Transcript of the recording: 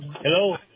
hello